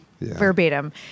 Verbatim